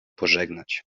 pożegnać